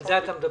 על זה אתה מדבר.